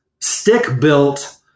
stick-built